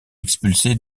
expulsé